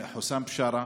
חוסאם בשארה,